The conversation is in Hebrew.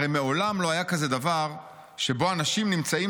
הרי מעולם לא היה כזה דבר שבו אנשים נמצאים